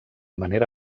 manera